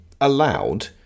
allowed